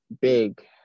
big